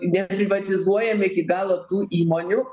neprivatizuojam iki galo tų įmonių